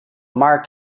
mark